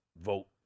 vote